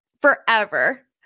forever